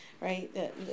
right